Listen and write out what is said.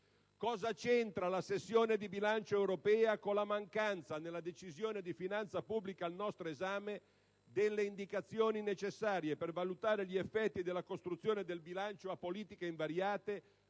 Cosa c'entra, la sessione di bilancio europea con la mancanza, nella Decisione di finanza pubblica al nostro esame, delle indicazioni necessarie per valutare gli effetti della costruzione del bilancio a "politiche invariate"